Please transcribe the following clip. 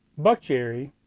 Buckcherry